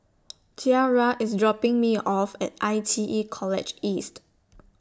Tiarra IS dropping Me off At I T E College East